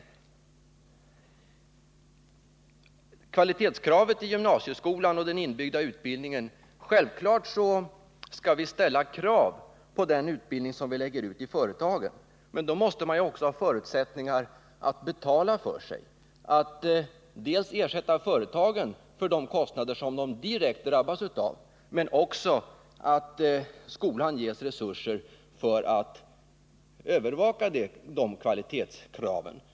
Beträffande kravet på kvalitet i gymnasieskolans inbyggda utbildning vill jag säga att vi självfallet skall ställa krav på den utbildning som vi lägger ut i företagen men att man då också måste kunna betala för detta. Dels måste företagen ersättas för de kostnader som de direkt drabbas av, dels måste skolan ges resurser för att övervaka att kvalitetskraven uppfylls.